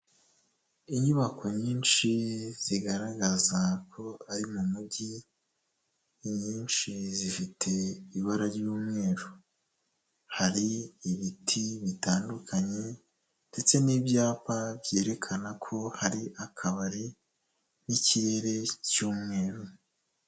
Inyubako nyinshi zigaragaza ko ari mu mijyi, inyinshi zifite ibara ry'umweru, hari ibiti bitandukanye ndetse n'ibyapa byerekana ko hari akabari n'ikirere cy'umweru.